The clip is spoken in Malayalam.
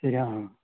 ശരി ആ ആ